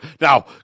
Now